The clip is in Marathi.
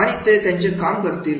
आणि ते त्यांचे काम करतील